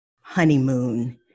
honeymoon